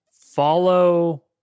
follow